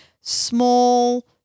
small